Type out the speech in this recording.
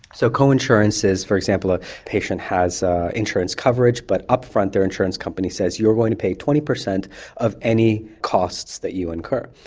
so coinsurance is, for example, a patient has insurance coverage, but upfront their insurance company says you're going to pay twenty percent of any costs that you incur.